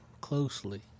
closely